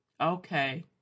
Okay